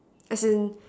as in